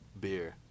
beer